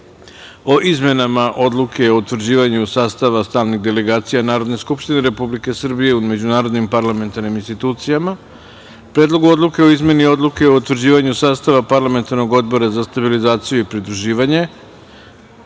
o izmenama Odluke o utvrđivanju sastava stalnih delegacija Narodne skupštine Republike Srbije u međunarodnim parlamentarnim institucijama, Predlogu odluke o izmeni Odluke o utvrđivanju sastava parlamentarnog Odbora za stabilizaciju i pridruživanje